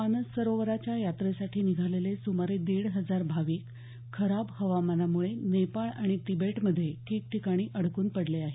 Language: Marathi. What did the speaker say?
मानससरोवराच्या यात्रेसाठी निघालेले सुमारे दीड हजार भाविक खराब हवामानामुळे नेपाळ आणि तिबेटमध्ये ठिकठिकाणी अडकून पडले आहेत